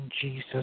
Jesus